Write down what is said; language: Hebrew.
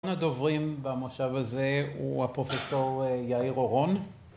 ‫הדוברים במושב הזה ‫הוא הפרופ' יאיר אורון.